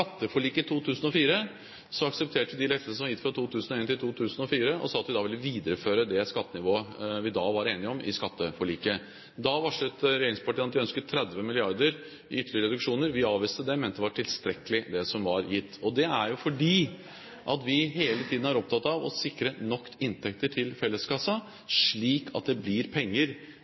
de lettelsene som var gitt fra 2001 til 2004, og sa at vi ville videreføre det skattenivået vi var enige om i skatteforliket. Da varslet regjeringspartiene at de ønsket 30 mrd. kr i ytterligere reduksjoner. Vi avviste det og mente at det var tilstrekkelig, det som var gitt. Det er fordi vi hele tiden er opptatt av å sikre nok inntekter til felleskassen, slik at det blir penger